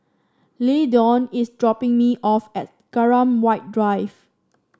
Lyndon is dropping me off at Graham White Drive